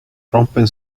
rompen